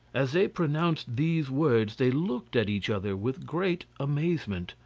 as they pronounced these words they looked at each other with great amazement,